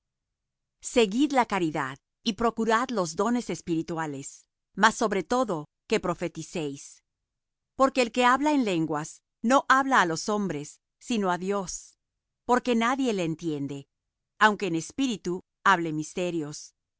seguid la caridad y procurad los dones espirituales mas sobre todo que profeticéis porque el que habla en lenguas no habla á los hombres sino á dios porque nadie le entiende aunque en espíritu hable misterios